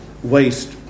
waste